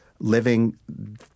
living